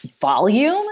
volume